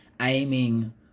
aiming